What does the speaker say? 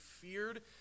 feared